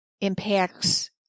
impacts